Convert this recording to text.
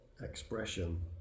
expression